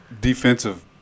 defensive